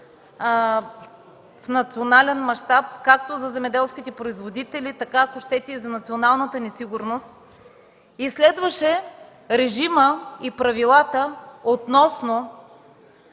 в национален мащаб както за земеделските производители, така, ако щете, и за националната ни сигурност. Следваше режимът и правилата относно